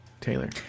Taylor